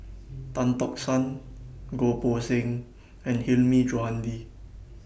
Tan Tock San Goh Poh Seng and Hilmi Johandi